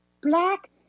Black